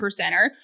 percenter